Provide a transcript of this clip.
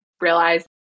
realize